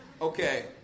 Okay